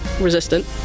resistant